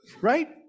right